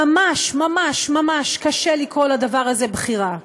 ממש ממש ממש קשה לקרוא לדבר הזה "בחירה".